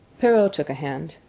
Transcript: perrault took a hand.